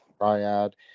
triad